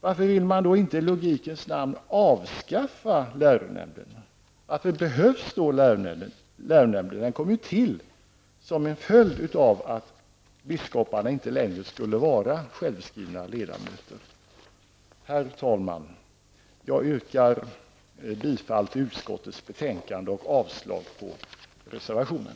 Varför vill man då inte i logikens namn avskaffa läronämnden? Varför behövs då läronämnden? Den kom ju till som en följd av att biskoparna inte längre skulle vara självskrivna ledamöter. Herr talman! Jag yrkar bifall till utskottets hemställan och avslag på reservationen.